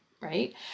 right